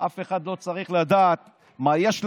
אף אחד לא צריך לדעת מה יש לך,